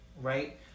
right